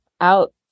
out